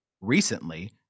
recently